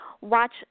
watch